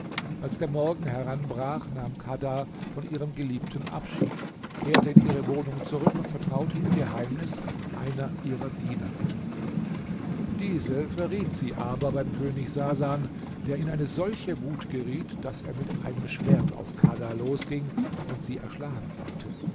als der morgen heranbrach nahm kadha von ihrem geliebten abschied kehrte in ihre wohnung zurück und vertraute ihr geheimnis einer ihrer dienerinnen diese verriet sie aber beim könig sasan der in eine solche wut geriet daß er mit einem schwert auf kadha losging und sie erschlagen wollte